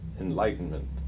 enlightenment